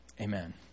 Amen